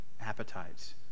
appetites